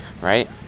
Right